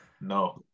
no